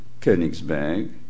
Königsberg